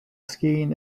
skiing